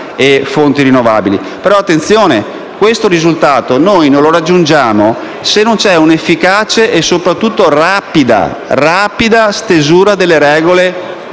e fonti rinnovabili. Ma, attenzione, questo risultato non lo raggiungiamo se non c'è un'efficace e soprattutto rapida stesura delle regole